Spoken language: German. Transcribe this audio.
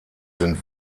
sind